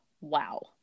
wow